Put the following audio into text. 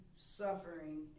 suffering